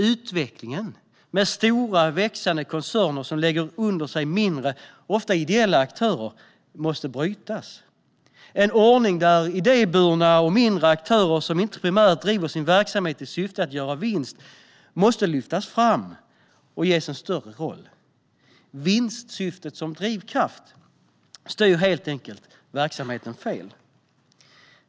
Utvecklingen med stora, växande koncerner som lägger under sig mindre, ofta ideella, aktörer måste brytas. En ordning där idéburna och mindre aktörer som inte primärt driver sin verksamhet i syfte att göra vinst måste lyftas fram och ges en större roll. Vinstsyftet som drivkraft styr helt enkelt verksamheten fel.